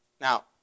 Now